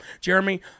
Jeremy